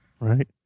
Right